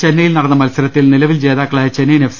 ചെന്നൈ യിൽ നടന്ന മത്സരത്തിൽ നിലവിൽ ജേതാക്കളായ ചെന്നൈയിൻ എഫ്